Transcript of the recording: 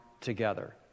together